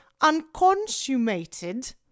unconsummated